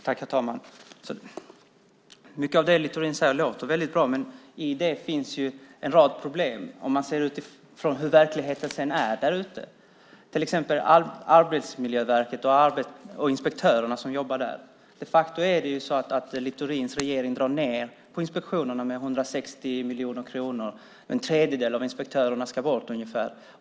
Herr talman! Mycket av det Littorin säger låter väldigt bra, men det finns en rad problem om man ser hur det är i verkligheten. Exempelvis gäller det Arbetsmiljöverket och inspektörerna som jobbar där. Littorins regering drar de facto ned på inspektionerna med 160 miljoner kronor. Ungefär en tredjedel av inspektörerna ska bort.